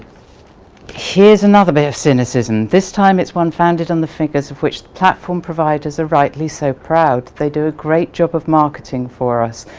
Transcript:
here's another bit of cynicism, this time it's one founded on the figures on which the platform providers are rightly so proud, they do a great job of marketing for us,